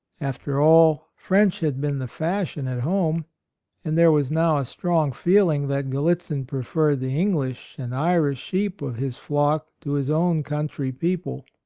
after all, french had been the fashion at home and there was now a strong feeling that gal litzin preferred the english and irish sheep of his flock to his own country people.